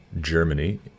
Germany